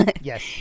Yes